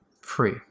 Free